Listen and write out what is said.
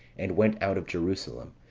and went out of jerusalem,